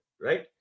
right